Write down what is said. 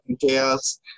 chaos